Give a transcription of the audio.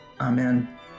Amen